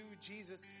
Jesus